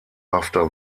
after